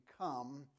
come